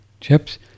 Chips